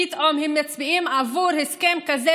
פתאום הם מצביעים עבור הסכם כזה,